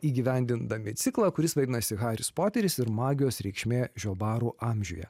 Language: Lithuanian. įgyvendindami ciklą kuris vadinasi haris poteris ir magijos reikšmė žiobarų amžiuje